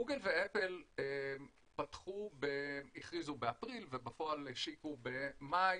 גוגל ואפל הכריזו באפריל ובפועל השיקו במאי,